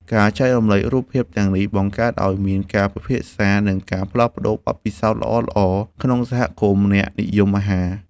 ការចែករំលែករូបភាពទាំងនេះ បង្កើតឱ្យមានការពិភាក្សា និងការផ្លាស់ប្តូរបទពិសោធន៍ល្អៗក្នុងសហគមន៍អ្នកនិយមអាហារ។